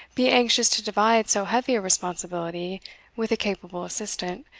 be anxious to divide so heavy a responsibility with a capable assistant,